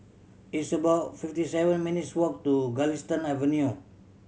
it's about fifty seven minutes' walk to Galistan Avenue